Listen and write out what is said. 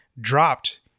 dropped